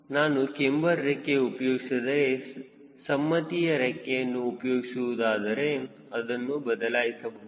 ನಾನು ಕ್ಯಾಮ್ಬರ್ ರೆಕ್ಕೆ ಉಪಯೋಗಿಸದೆ ಸಮ್ಮತಿಯ ರೆಕ್ಕೆಯನ್ನು ಉಪಯೋಗಿಸುವುದಾದರೆ ಅದನ್ನು ಬದಲಾಯಿಸಬಹುದು